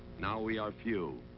now we are few,